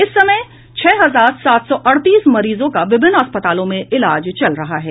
इस समय छह हजार सात सौ अड़तीस मरीजों का विभिन्न अस्पतालों में इलाज चल रहा है